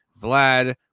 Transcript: Vlad